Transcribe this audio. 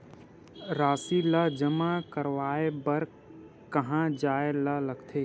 राशि ला जमा करवाय बर कहां जाए ला लगथे